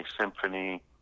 symphony